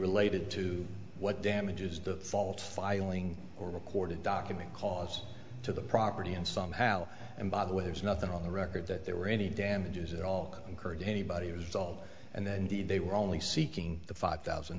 related to what damages the fault filing or recorded document cause to the property and somehow and by the way there's nothing on the record that there were any damages at all incurred anybody was all and then they were only seeking the five thousand